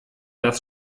das